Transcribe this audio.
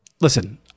Listen